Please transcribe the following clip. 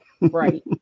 right